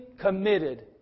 committed